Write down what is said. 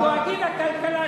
דואגים לכלכלה,